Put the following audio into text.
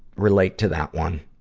relate to that one.